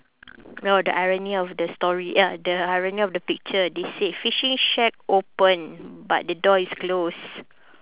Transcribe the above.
no the irony of the story ya the irony of the picture they said fishing shack open but the door is closed